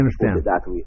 understand